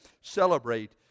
celebrate